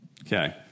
Okay